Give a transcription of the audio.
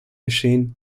geschehen